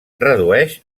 redueix